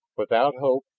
without hope,